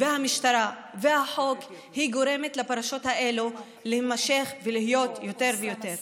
המשטרה והחוק גורמות לפרשות האלה להימשך ולהיות יותר ויותר.